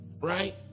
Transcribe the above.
right